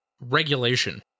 regulation